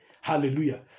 hallelujah